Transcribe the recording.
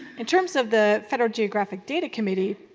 in terms of the federal geographic data committee.